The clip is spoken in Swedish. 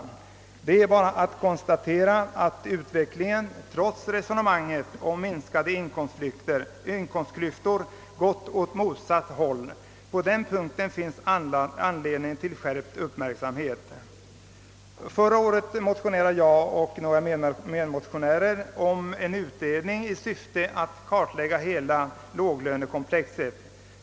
Det är bara att konstatera att utvecklingen, trots re sonemanget om minskade inkomstklyftor, gått åt motsatt håll. På den punkten finns anledning till skärpt uppmärksamhet. Förra året motionerade jag och några kammarkamrater om en utredning i syfte att kartlägga hela låglönekomplexet.